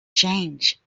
change